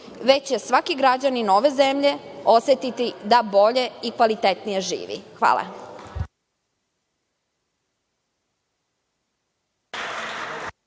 već je svaki građanin ove zemlje osetiti da bolje i kvalitetnije živi. Hvala.